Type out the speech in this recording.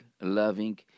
loving